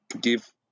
give